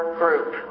group